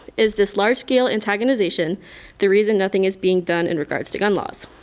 is this large scale antagonization the reason nothing is being done in regards to gun laws?